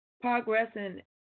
progressing